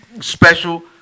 Special